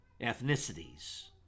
ethnicities